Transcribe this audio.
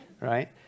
right